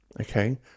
Okay